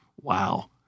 wow